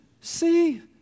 see